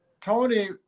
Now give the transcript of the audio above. Tony